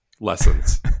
lessons